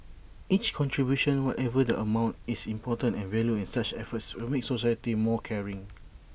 each contribution whatever the amount is important and valued and such efforts will make society more caring